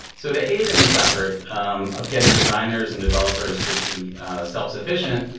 so to aid in this effort of getting designers and developers to be self-sufficient,